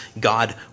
God